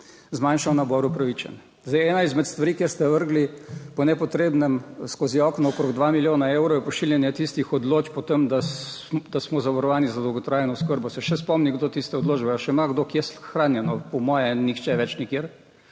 zmanjšal nabor, upravičen. Zdaj, ena izmed stvari, kjer ste vrgli po nepotrebnem skozi okno okrog dva milijona evrov, je pošiljanje tistih odločb o tem, da smo zavarovani za dolgotrajno oskrbo. Se še spomnim, kdo tiste odločbe, ali še ima kdo kje shranjeno? Po moje nihče več ni, kjer